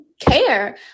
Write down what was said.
care